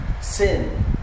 sin